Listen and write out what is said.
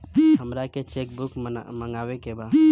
हमारा के cheque book मगावे के बा?